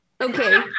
okay